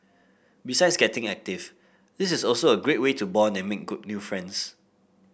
besides getting active this is also a great way to bond and make good new friends